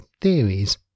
theories